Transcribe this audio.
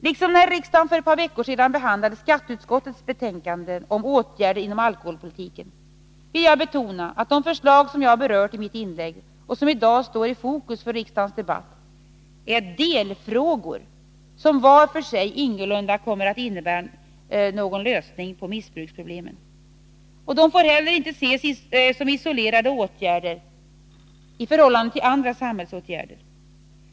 Liksom när riksdagen för ett par veckor sedan behandlade skatteutskottets betänkande om åtgärder inom alkoholpolitiken vill jag i dag betona att de förslag som jag har berört i mitt inlägg och som i dag står i fokus för riksdagens debatt är delfrågor som var för sig ingalunda kommer att innebära någon lösning på missbruksproblemen. De får heller inte ses som isolerade åtgärder i förhållande till andra samhällsåtgärder.